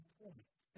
point